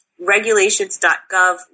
Regulations.gov